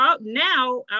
now